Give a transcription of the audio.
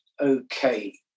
Okay